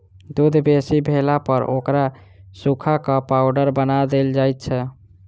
दूध बेसी भेलापर ओकरा सुखा क पाउडर बना देल जाइत छै